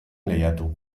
lehiatu